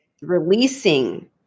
releasing